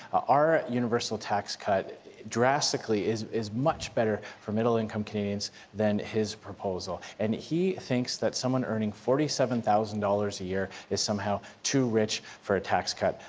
our universal tax cut drastically is is much better for middle income canadians than his proposal. and he thinks that someone earning forty seven thousand dollars a year is somehow too rich for a tax cut.